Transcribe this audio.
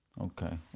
Okay